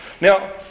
Now